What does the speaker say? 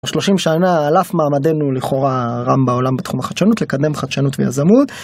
30 שנה על אף מעמדנו לכאורה הרם בעולם בתחום החדשנות לקדם חדשנות ויזמות.